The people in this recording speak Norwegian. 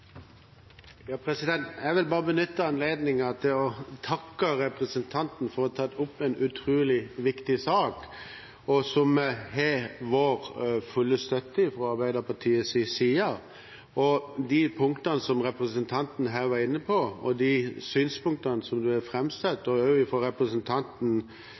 Jeg vil bare benytte anledningen til å takke representanten for å ha tatt opp en utrolig viktig sak, som fra Arbeiderpartiets side har full støtte. De punktene som representanten her var inne på, og de synspunktene som ble framsatt også fra representanten